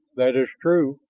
that is true!